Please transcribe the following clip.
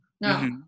No